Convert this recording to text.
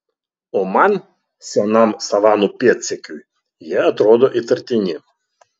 o man senam savanų pėdsekiui jie atrodo įtartini